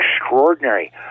extraordinary